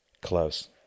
close